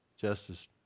Justice